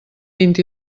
vint